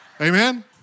Amen